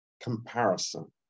comparison